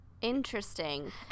Interesting